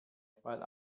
weil